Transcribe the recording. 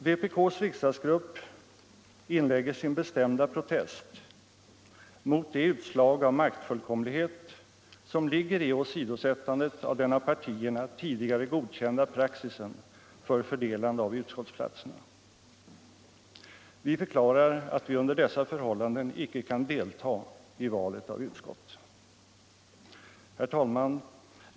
Vpk:s riksdagsegrupp inlägger sin bestämda protest mot det utstlag av maktfullkomlighet som ligger i åstdosättandet av den av partierna tidigare godkinda praxisen för fördelande av utskottsplatserna. Vi förklarar alt vi under dessa förhållanden icke kan delta t valet av utskou. Herr talman!